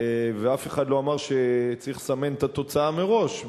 ואף אחד לא אמר שצריך לסמן את התוצאה מראש.